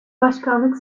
başkanlık